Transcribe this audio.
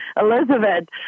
Elizabeth